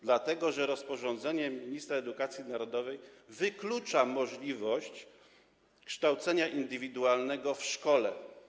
Dlatego że rozporządzenie ministra edukacji narodowej wyklucza możliwość kształcenia indywidualnego w szkole.